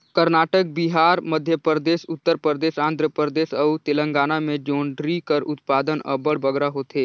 करनाटक, बिहार, मध्यपरदेस, उत्तर परदेस, आंध्र परदेस अउ तेलंगाना में जोंढरी कर उत्पादन अब्बड़ बगरा होथे